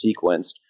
sequenced